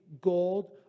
gold